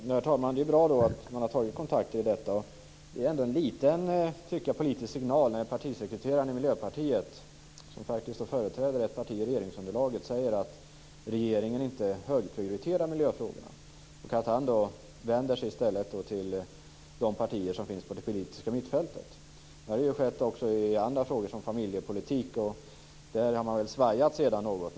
Herr talman! Det är bra att man har tagit kontakter. Det är ändå, tycker jag, en liten politisk signal när partisekreteraren i Miljöpartiet, som faktiskt företräder ett parti i regeringsunderlaget, säger att regeringen inte högprioriterar miljöfrågorna och i stället vänder sig till de partier som finns på det politiska mittfältet. Det har ju skett också i andra frågor, som familjepolitik, och där har man väl sedan svajat något.